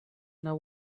know